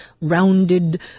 rounded